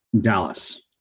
Dallas